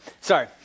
Sorry